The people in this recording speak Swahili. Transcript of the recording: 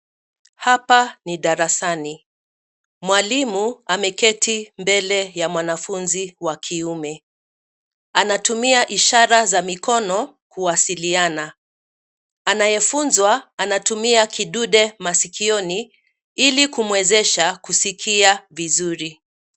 Hapa ni darasani,. Mwalimu ameketi mbele ya mwanafunzi wa kiume. Anatumia ishara za mikono kuwasiliana. Anayefunzwa anatumia kidude maskioni ili kumwezesha kuskia vizuri.